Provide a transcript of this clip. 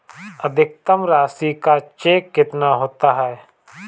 अधिकतम राशि का चेक कितना होता है?